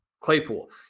Claypool